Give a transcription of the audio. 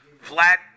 flat